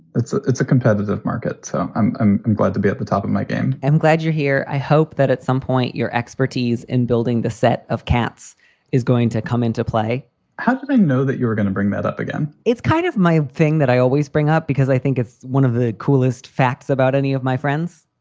it's ah it's a competitive market, so i'm i'm glad to be at the top of my game i'm glad you're here. i hope that at some point your expertise in building the set of cats is going to come into play how do they know that you were going to bring that up again? it's kind of my thing that i always bring up because i think it's one of the coolest facts about any of my friends.